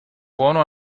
buono